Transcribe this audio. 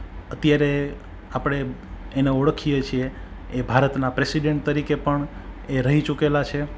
અત્યારે આપણે એને ઓળખીએ છીએ એ ભારતના પ્રેસિડેન્ટ તરીકે પણ એ રહી ચૂકેલા છે